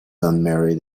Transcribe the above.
unmarried